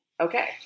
Okay